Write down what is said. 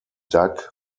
doug